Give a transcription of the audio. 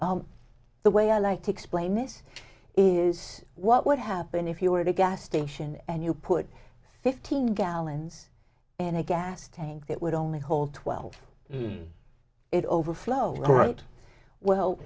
the way i like to explain this is what would happen if you were to gas station and you put fifteen gallons in a gas tank that would only hold twelve it overflow right well